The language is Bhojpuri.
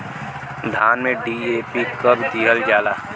धान में डी.ए.पी कब दिहल जाला?